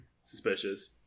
suspicious